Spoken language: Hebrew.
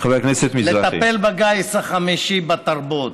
לטפל בגיס החמישי בתרבות.